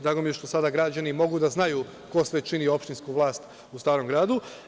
Drago mi je što sada građani mogu da znaju ko sve čini opštinsku vlast u Starom Gradu.